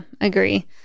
agree